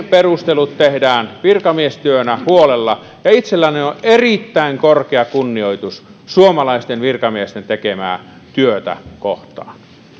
perustelut tehdään virkamiestyönä huolella ja itselläni on on erittäin korkea kunnioitus suomalaisten virkamiesten tekemää työtä kohtaan